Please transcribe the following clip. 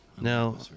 Now